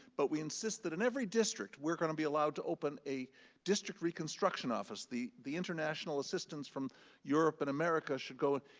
but we insist that in every district we're gonna be allowed to open a district reconstruction office. the the international assistance from europe and america should go,